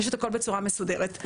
פשוט הכול בצורה מסודרת.